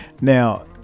now